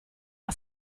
era